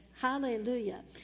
Hallelujah